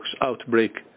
outbreak